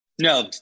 No